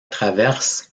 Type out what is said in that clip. traversent